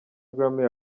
grammy